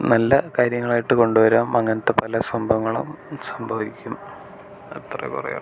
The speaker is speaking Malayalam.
നല്ല കാര്യങ്ങളായിട്ട് കൊണ്ട് വരാം അങ്ങനത്തെ പല സംഭവങ്ങളും സംഭവിക്കും അത്രേ പറയാൻ ഉളളൂ